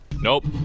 Nope